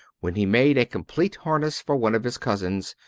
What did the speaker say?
when he made a complete harness for one of his cousins,